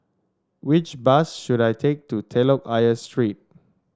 which bus should I take to Telok Ayer Street